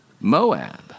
Moab